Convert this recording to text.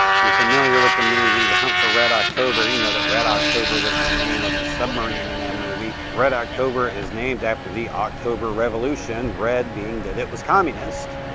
if you're familiar with the movie the hunt for red october, you know that red october was the name of the submarine in that movie red october is named after the october revolution. red being that it was communist.